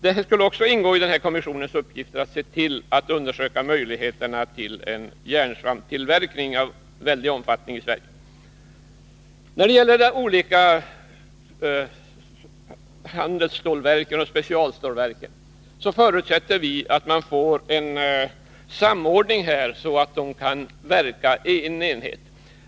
Det skulle ingå i kommissionens uppgifter att undersöka möjligheterna för en stor järnsvampstillverkning i Sverige. När det gäller de olika handelsstålverken och specialstålverken bör man försöka få en samordning så att de kan samverka.